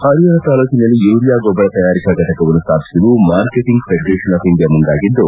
ಹರಿಹರ ತಾಲೂಕಿನಲ್ಲಿ ಯೂರಿಯಾ ಗೊಬ್ಬರ ತಯಾರಿಕಾ ಫಟಕವನ್ನು ಸ್ವಾಪಿಸಲು ಮಾರ್ಕೆಂಟಿಂಗ್ ಫೆಡರೇಷನ್ ಆಫ್ ಇಂಡಿಯಾ ಮುಂದಾಗಿದ್ದು